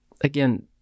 Again